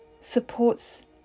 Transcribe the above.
supports